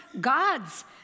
God's